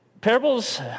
parables